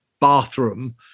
bathroom